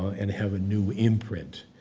and have a new imprint.